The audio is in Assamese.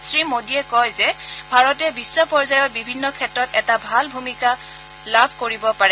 শ্ৰী মোডীয়ে কয় যে ভাৰতে বিশ্ব পৰ্যায়ত বিভিন্ন ক্ষেত্ৰত এটা ভাল ভূমিকা পালন কৰিব পাৰে